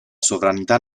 sovranità